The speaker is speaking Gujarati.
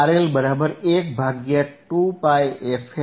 તો RL બરાબર 1 ભાગ્યા 2πfLC